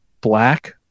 black